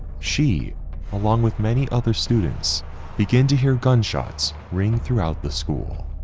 she along with many other students begin to hear gunshots ring throughout the school.